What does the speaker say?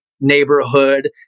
neighborhood